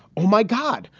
um my god,